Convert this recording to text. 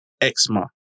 eczema